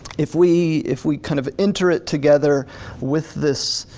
if we if we kind of enter it together with this